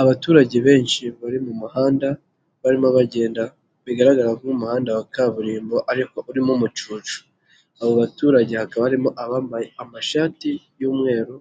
Abaturage benshi bari mu muhanda barimo bagenda, bigaragara ko uy'umuhanda wa kaburimbo ariko urimo umacucu ,abo baturage hakaba harimo abambaye amashati y'umweru,